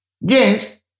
Yes